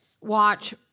Watch